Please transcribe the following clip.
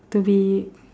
to be